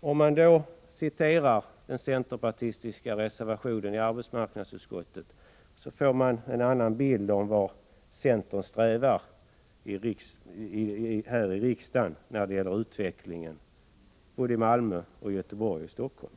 av den centerpartistiska reservationen i arbetsmarknadsutskottet får man en annan bild av vart centern i riksdagen strävar när det gäller utvecklingen i såväl Malmö som Göteborg och Stockholm.